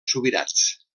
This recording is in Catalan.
subirats